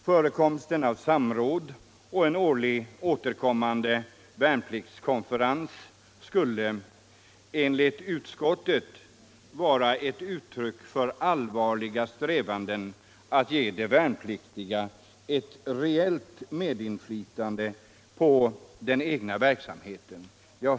Förekomsten av samråd och en årligen återkommande värnpliktskonferens skulle enligt utskottet vara ett uttryck för allvarliga strävanden att ge de värnpliktiga ett reellt medinflytande på den egna verksamheten.